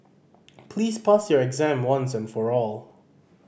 please pass your exam once and for all